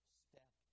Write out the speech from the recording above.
step